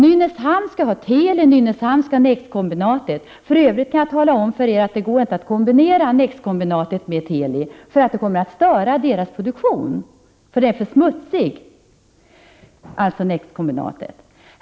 Nynäshamn skall ha Teli och NEX-kombinatet. För övrigt kan jag tala om att det inte går att kombinera verksamheten vid NEX-kombinatet med Telis verksamhet. Det kommer att störa produktionen därför att kombinatsområdet är för smutsigt.